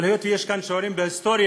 אבל היות שיש כאן שיעורים בהיסטוריה,